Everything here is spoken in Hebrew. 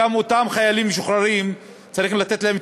גם לאותם חיילים משוחררים צריך לתת להם את